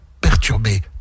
perturbé